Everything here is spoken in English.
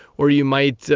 or you might